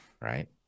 right